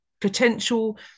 potential